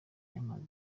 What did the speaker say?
yamaze